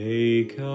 Take